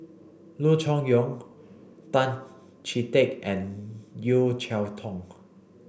Loo Choon Yong Tan Chee Teck and Yeo Cheow Tong